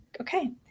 okay